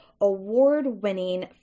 award-winning